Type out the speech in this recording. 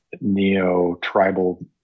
neo-tribal